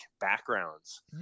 backgrounds